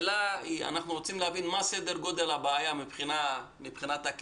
אנחנו רוצים להבין מה סדר גודל הבעיה מבחינת הכסף